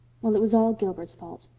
well, it was all gilbert's fault.